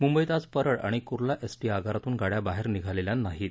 मुंबईत आज परळ आणि कुर्ला एसटी आगारातून गाड्या बाहेर निघालेल्या नाहीत